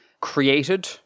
created